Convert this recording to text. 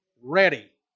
ready